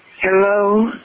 Hello